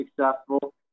successful